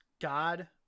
god